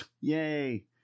Yay